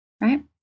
right